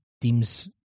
deems